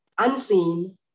unseen